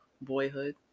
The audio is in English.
boyhood